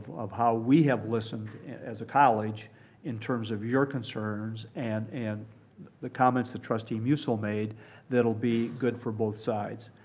of how we have listened as a college in terms of your concerns, and and the comments that trustee musil made that will be good for both sides.